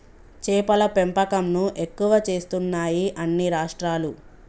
చేపల పెంపకం ను ఎక్కువ చేస్తున్నాయి అన్ని రాష్ట్రాలు